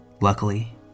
Luckily